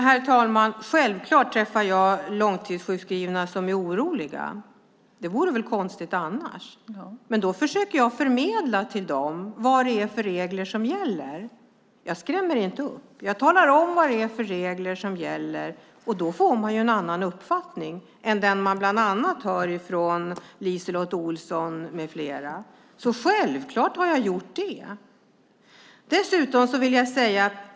Herr talman! Självklart träffar jag långtidssjukskrivna som är oroliga. Det vore ju konstigt annars. Jag försöker förmedla till dem vilka regler som gäller. Jag skrämmer inte upp dem. Jag talar om vilka regler som gäller, och då får man en annan uppfattning än den man hör från LiseLotte Olsson med flera. Självklart har jag gjort det.